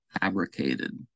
fabricated